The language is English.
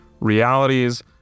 realities